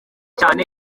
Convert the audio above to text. cyane